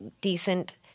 decent –